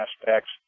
aspects